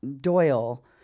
Doyle